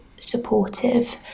supportive